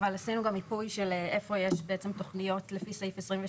אבל עשינו גם מיפוי של איפה יש תכניות לפי סעיף 23